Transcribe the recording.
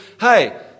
hey